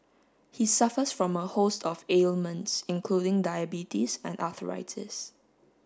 he suffers from a host of ailments including diabetes and arthritis